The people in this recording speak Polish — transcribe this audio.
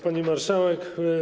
Pani Marszałek!